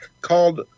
called